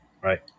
Right